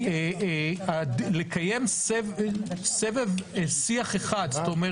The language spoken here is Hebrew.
ולקיים סבב שיח אחד, כלומר